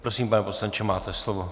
Prosím, pane poslanče, máte slovo.